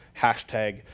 hashtag